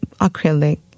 acrylic